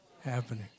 happening